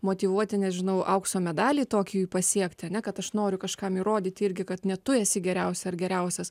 motyvuoti nežinau aukso medalį tokijue pasiekti ar ne kad aš noriu kažkam įrodyti irgi kad ne tu esi geriausia ar geriausias